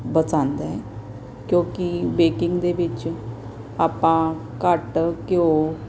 ਪਸੰਦ ਹੈ ਕਿਉਂਕਿ ਬੇਕਿੰਗ ਦੇ ਵਿੱਚ ਆਪਾਂ ਘੱਟ ਘਿਓ